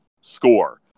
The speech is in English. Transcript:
score